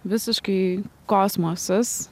visiškai kosmosas